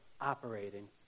operating